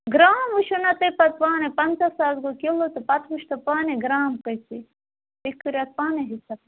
gram وُچھِو نا تُہۍ پَتہٕ پانَے پَنٛژاہ ساس گوٚو کِلوٗ تہٕ پَتہٕ وُچھتَو پانَے گرٛام کۭتِس پیٚیہِ تُہۍ کٔرِو اَتھ پانَے حِساب